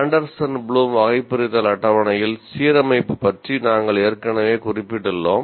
Anderson Bloom வகைபிரித்தல் அட்டவணையில் சீரமைப்பு பற்றி நாங்கள் ஏற்கனவே குறிப்பிட்டுள்ளோம்